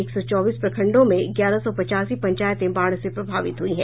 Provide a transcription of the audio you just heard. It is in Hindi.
एक सौ चौबीस प्रखंडों में ग्यारह सौ पचासी पंचायतें बाढ़ से प्रभावित हुई है